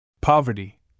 Poverty